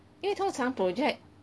因为通常 project